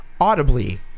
audibly